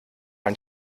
ein